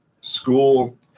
School